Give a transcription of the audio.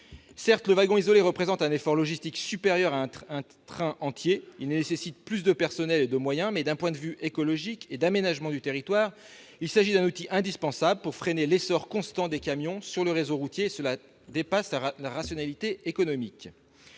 Certes, le wagon isolé représente un effort logistique supérieur à un train entier ; il nécessite plus de personnels et de moyens. Mais, d'un point de vue écologique et d'aménagement du territoire, il s'agit d'un outil indispensable pour freiner l'essor constant des camions sur le réseau routier. Cela dépasse la rationalité économique.